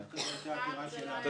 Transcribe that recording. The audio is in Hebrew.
דווקא זו הייתה עתירה שלנו.